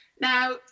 Now